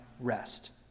rest